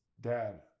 Dad